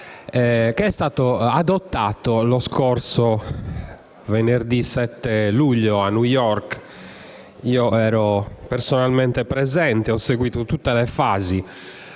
al mondo, adottato lo scorso venerdì 7 luglio a New York. Io ero personalmente presente e ho seguito tutte le fasi